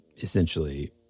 essentially